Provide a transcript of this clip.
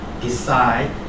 decide